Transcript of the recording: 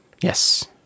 Yes